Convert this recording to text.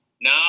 No